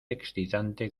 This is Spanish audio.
excitante